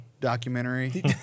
documentary